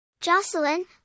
Jocelyn